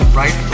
right